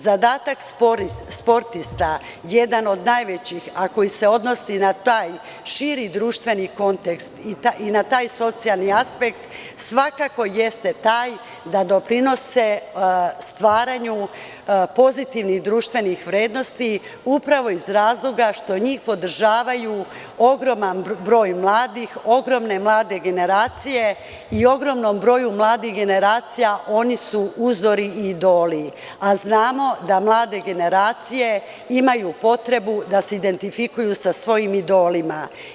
Zadatak sportista, jedan od najvećih, a koji se odnosi na taj širi društveni kontekst i na taj socijalni aspekt, svakako jeste taj da doprinose stvaranju pozitivnih društvenih vrednosti upravo iz razloga što njih podržavaju ogroman broj mladih, ogromne mlade generacije i ogromnom broju mladih generacija oni su uzori i idoli, a znamo da mlade generacije imaju potrebu da se identifikuju sa svojim idolima.